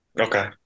Okay